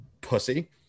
Pussy